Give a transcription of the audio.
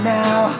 now